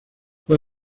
fue